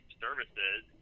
services